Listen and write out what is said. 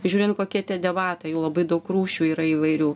žiūrint kokie tie debatai jų labai daug rūšių yra įvairių